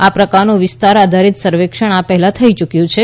આ પ્રકારનું વિસ્તાર આધારિત સર્વેક્ષણ આ પહેલા થઈ ચૂક્યું છે